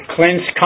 Cleanse